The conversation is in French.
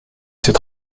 ses